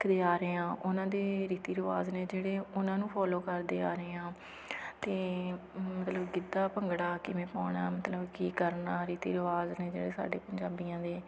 ਸਿੱਖਦੇ ਆ ਰਹੇ ਹਾਂ ਉਹਨਾਂ ਦੇ ਰੀਤੀ ਰਿਵਾਜ਼ ਨੇ ਜਿਹੜੇ ਉਹਨਾਂ ਨੂੰ ਫੋਲੋ ਕਰਦੇ ਆ ਰਹੇਹਾਂ ਅਤੇ ਮਤਲਬ ਗਿੱਧਾ ਭੰਗੜਾ ਕਿਵੇਂ ਪਾਉਣਾ ਮਤਲਬ ਕੀ ਕਰਨਾ ਰੀਤੀ ਰਿਵਾਜ਼ ਨੇ ਜਿਹੜੇ ਸਾਡੇ ਪੰਜਾਬੀਆਂ ਦੇ